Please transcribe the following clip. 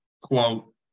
quote